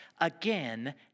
again